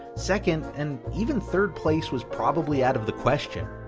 second and even third place was probably out of the question.